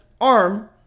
arm